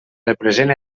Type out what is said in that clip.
present